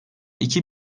iki